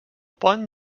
pont